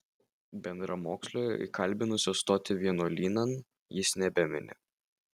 bendramokslio įkalbinusio stoti vienuolynan jis nebemini